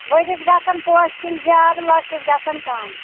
بٔڈِس گژھان پوٚشہِ کُلۍ زیادٕ لۄکٔٹِس گژھان کَم